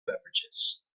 beverages